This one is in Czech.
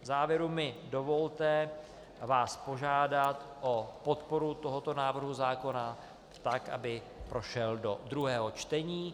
V závěru mi dovolte vás požádat o podporu tohoto návrhu zákona, tak aby prošel do druhého čtení.